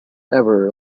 ever